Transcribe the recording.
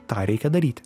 tą reikia daryti